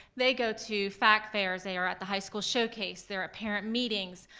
they go to fact fairs. they are at the high school showcase, they're at parent meetings,